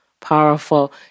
powerful